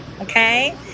okay